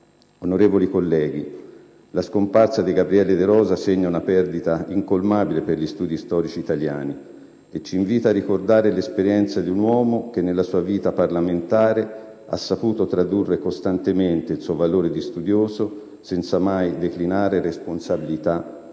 Onorevoli colleghi, la scomparsa di Gabriele De Rosa segna una perdita incolmabile per gli studi storici italiani e ci invita a ricordare l'esperienza di un uomo che, nella sua vita parlamentare, ha saputo tradurre costantemente il suo valore di studioso senza mai rinunciare a responsabilità e passione.